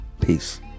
Peace